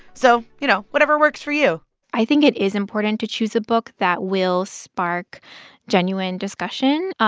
so, you know, whatever works for you i think it is important to choose a book that will spark genuine discussion.